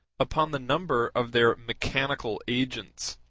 upon the number of their mechanical agents,